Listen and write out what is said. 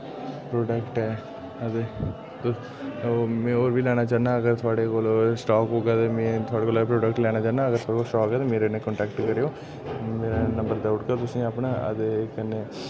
product ऐ ते तुस में होर बी लैना चाह्न्नां अगर थोहाड़े कोल स्टाक होगा ते में थोहाड़े कोला प्रोडक्ट लैना चाह्न्नां अगर थोहाड़े स्टाक ऐ ते मेरे कन्नै कांटेक्ट करेओ में नंबर देई ओड़गा तुसें अपना ते कन्नै